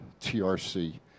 TRC